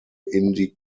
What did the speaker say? indie